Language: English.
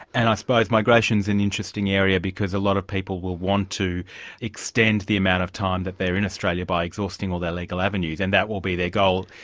and i suppose migration's an and interesting area because a lot of people will want to extend the amount of time that they're in australia by exhausting all their legal avenues, and that will be their goal,